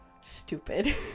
stupid